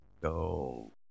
go